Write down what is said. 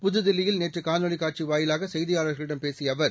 புதுதில்லியில் நேற்று காணொலிக் காட்சி வாயிலாக செய்தியாளர்களிடம் பேசிய அவர்